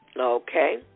Okay